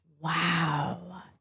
Wow